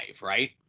right